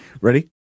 Ready